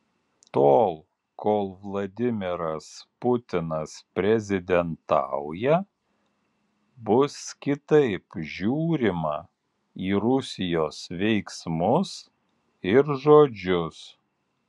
tol kol vladimiras putinas prezidentauja bus kitaip žiūrima į rusijos veiksmus ir žodžius